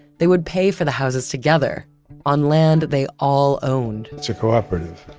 they would pay for the houses together on land they all own it's a cooperative.